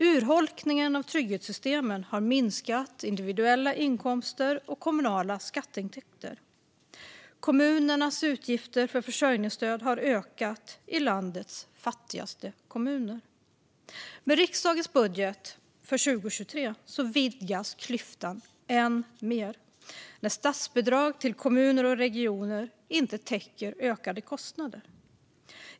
Urholkningen av trygghetssystemen har minskat individuella inkomster och kommunala skatteintäkter. Kommunernas utgifter för försörjningsstöd har ökat - i landets fattigaste kommuner. Med riksdagens budget för 2023 vidgas klyftan än mer när statsbidragen till kommuner och regioner inte täcker ökade kostnader.